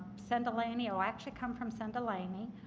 senn delaney. it will actually come from senn delaney.